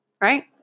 right